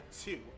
two